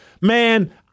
man